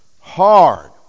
hard